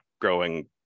growing